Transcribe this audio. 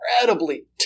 incredibly